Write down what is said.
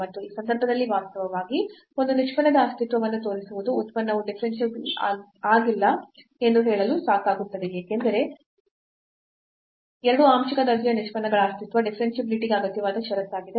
ಮತ್ತು ಈ ಸಂದರ್ಭದಲ್ಲಿ ವಾಸ್ತವವಾಗಿ ಒಂದು ನಿಷ್ಪನ್ನದ ಅಸ್ತಿತ್ವವನ್ನು ತೋರಿಸುವುದು ಉತ್ಪನ್ನವು ಡಿಫರೆನ್ಸಿಬಲ್ ಆಗಿಲ್ಲ ಎಂದು ಹೇಳಲು ಸಾಕಾಗುತ್ತದೆ ಏಕೆಂದರೆ ಎರಡೂ ಆಂಶಿಕ ದರ್ಜೆಯ ನಿಷ್ಪನ್ನಗಳ ಅಸ್ತಿತ್ವ ಡಿಫರೆನ್ಷಿಯಾಬಿಲಿಟಿ ಗೆ ಅಗತ್ಯವಾದ ಷರತ್ತಾಗಿದೆ